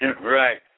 right